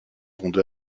vont